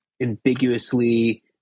ambiguously